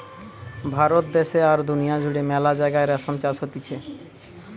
ভারত দ্যাশে আর দুনিয়া জুড়ে মেলা জাগায় রেশম চাষ হতিছে